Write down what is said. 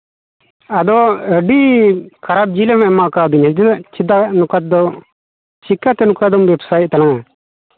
ᱟᱫᱚ ᱟᱹᱰᱤ ᱠᱷᱟᱨᱟᱯ ᱡᱤᱞᱮᱢ ᱮᱢᱟᱠᱟᱣᱫᱤᱧᱟ ᱪᱮᱫᱟᱜ ᱱᱚᱝᱠᱟᱫᱚ ᱪᱤᱠᱟᱛᱮ ᱱᱚᱝᱠᱟ ᱫᱚᱢ ᱵᱮᱵᱽᱥᱟᱭᱮᱫ ᱛᱟᱞᱟᱝᱟ